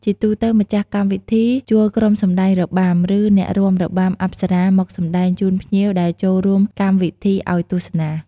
ជាទូទៅ ម្ចាស់កម្មវិធីជួលក្រុមសម្ដែងរបាំ ឬ អ្នករាំរបាំអប្សរាមកសម្ដែងជូនភ្ញៀវដែលចូលរួមកម្មវិធីឱ្យទស្សនា។